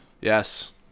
Yes